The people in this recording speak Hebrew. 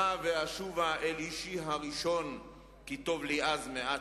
אלכה ואשובה אל אישי הראשון כי טוב לי אז מעתה.